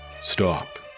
Stop